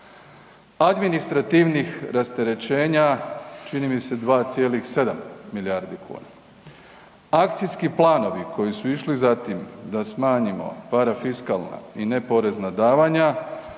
Administrativnih rasterećenja, čini mi se, 2,7 milijardi kuna, akcijski planovi koji su išli za tim da smanjimo parafiskalna i neporezna davanja,